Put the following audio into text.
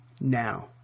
now